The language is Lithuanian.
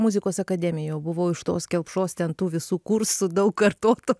muzikos akademijoj buvau iš tos kelpšos ten tų visų kursų daug kartotų